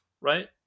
right